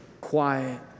quiet